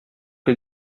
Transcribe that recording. che